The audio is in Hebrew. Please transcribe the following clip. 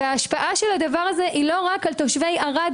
וההשפעה של זה היא לא רק על תושבי ערד,